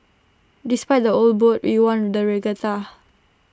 despite the old boat we won the regatta